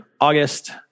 August